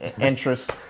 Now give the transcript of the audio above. Interest